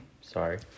Sorry